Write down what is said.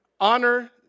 Honor